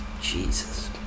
Jesus